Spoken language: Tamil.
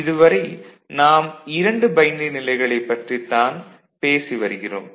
இதுவரை நாம் 2 பைனரி நிலைகளைப் பற்றித் தான் பேசி வருகிறோம்